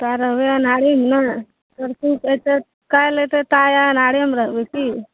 ता रहबै अन्हारेमे नहि परसू अएतै काल्हि अएतै ता अन्हारेमे रहबै कि